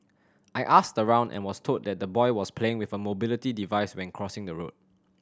I asked around and was told that the boy was playing with a mobility device when crossing the road